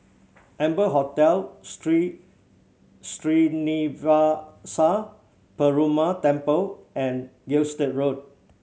Amber Hotel Sri Srinivasa Perumal Temple and Gilstead Road